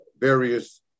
various